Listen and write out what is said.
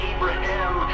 Abraham